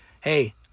Hey